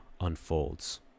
unfolds